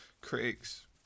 Critics